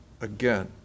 Again